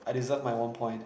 I deserve my one point